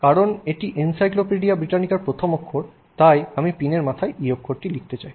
কারণ এটি এনসাইক্লোপিডিয়া ব্রিটানিকার প্রথম অক্ষর তাই আমি পিনের মাথায় E অক্ষরটি লিখতে চাই